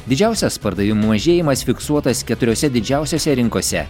didžiausias pardavimų mažėjimas fiksuotas keturiose didžiausiose rinkose